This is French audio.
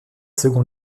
seconde